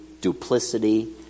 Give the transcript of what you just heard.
duplicity